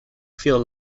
feel